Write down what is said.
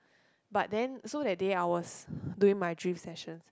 but then so that day I was doing my drift sessions